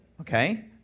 okay